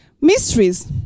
Mysteries